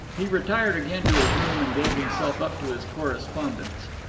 he retired again to his room and gave himself up to his correspondence.